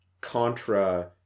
contra